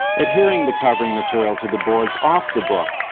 adhering the covering material to the boards off the book,